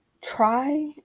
try